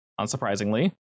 unsurprisingly